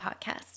Podcast